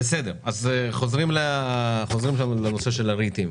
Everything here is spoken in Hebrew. אנחנו חוזרים לנושא של הריטים.